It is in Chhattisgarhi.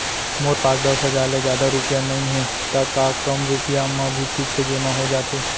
मोर पास दस हजार ले जादा रुपिया नइहे त का कम रुपिया म भी फिक्स जेमा हो जाथे?